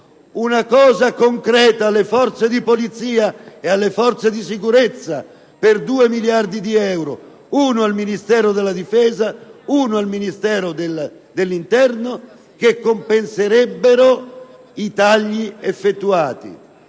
un aiuto concreto alle forze di polizia e alle forze di sicurezza, per 2 miliardi di euro (un miliardo al Ministero della difesa e un miliardo al Ministero dell'interno, che compenserebbero i tagli effettuati);